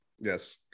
yes